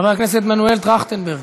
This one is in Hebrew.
חבר הכנסת מנואל טרכטנברג,